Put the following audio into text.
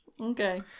Okay